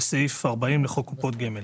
וסעיף 40 לחוק קופות גמל,